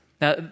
Now